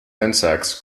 insects